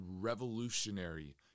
revolutionary